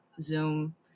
Zoom